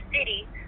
city